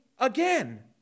Again